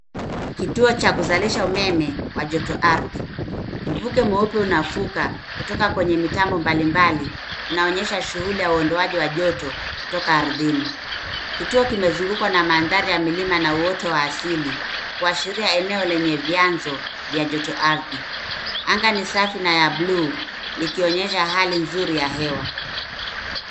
Kituo cha kuzalisha umeme kwa joto ardhi. Mmvuke mweupe unafuka kutoka kwenye mitambo mbali mbali unaonyesha shuhuli ya uondoaji wa joto ,kutoka ardhini . Kituo kimezungukwa na maandhari ya milima na uoto wa asili. Kuashiria eneo lenye vianzo vya joto ardhi. Anga ni safi na ya blue likionyesha hali nzuri ya hewa .